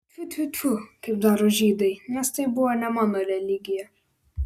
tfiu tfiu tfiu kaip daro žydai nes tai buvo ne mano religija